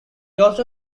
also